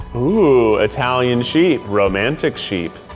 ooh, italian sheep, romantic sheep.